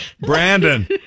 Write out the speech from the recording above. Brandon